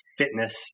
fitness